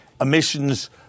emissions